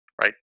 Right